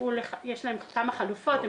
יש להם כמה חלופות.